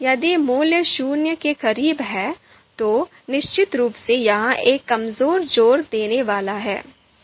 यदि मूल्य शून्य के करीब है तो निश्चित रूप से यह एक कमजोर जोर देने वाला है